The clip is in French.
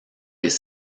des